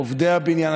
עובדי הבניין,